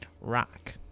Rock